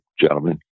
gentlemen